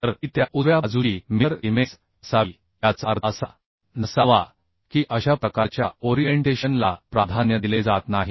तर ती त्या उजव्या बाजूची मिरर इमेज असावी याचा अर्थ असा नसावा की अशा प्रकारच्या ओरिएंटेशन ला प्राधान्य दिले जात नाही